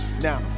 Now